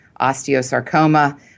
osteosarcoma